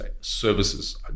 services